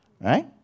right